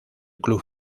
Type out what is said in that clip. club